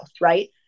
right